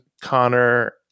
Connor